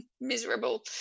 miserable